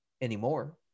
anymore